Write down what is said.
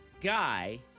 Guy